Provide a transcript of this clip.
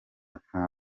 nta